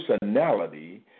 personality